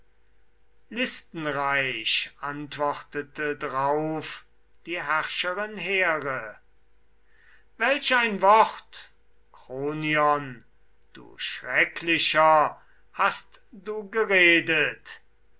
ihm antwortete drauf die hoheitblickende here welch ein wort kronion du schrecklicher hast du geredet